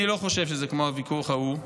אני לא חושב שזה כמו הוויכוח ההוא.